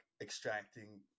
extracting